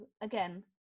Again